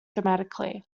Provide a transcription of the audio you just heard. dramatically